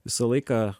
visą laiką